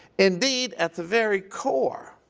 indeed, at the very core